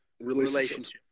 relationship